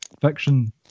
fiction